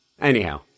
Anyhow